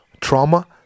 trauma